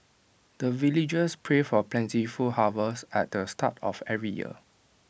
the villagers pray for plentiful harvest at the start of every year